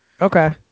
Okay